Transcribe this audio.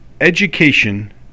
education